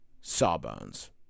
Sawbones